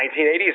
1980s